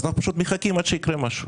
אז אנחנו פשוט מחכים עד שיקרה משהו,